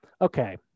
okay